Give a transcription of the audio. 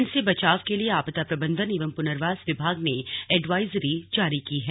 ठंड से बचाव के लिए आपदा प्रबंधन एवं पुनर्वास विभाग ने एडवाइजरी जारी की है